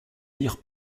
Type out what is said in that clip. lire